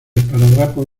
esparadrapo